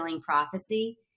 prophecy